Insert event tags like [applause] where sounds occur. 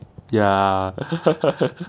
ya [laughs]